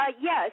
Yes